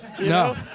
No